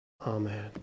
Amen